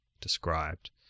described